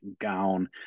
gown